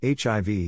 HIV